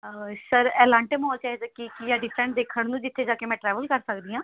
sir Elante mall 'ਚ ਅਜਿਹਾ ਕੀ ਕੀ ਹੈ ਡਿਫਰੈਂਟ ਦੇਖਣ ਨੂੰ ਜਿੱਥੇ ਜਾ ਕੇ ਮੈਂ ਟਰੈਵਲ ਕਰ ਸਕਦੀ ਹਾਂ